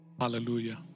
Hallelujah